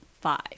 five